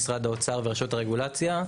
האוצר ורשות הרגולציה,